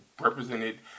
represented